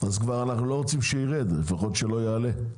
אנחנו כבר לא רוצים שירד, לפחות שלא יעלה.